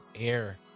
air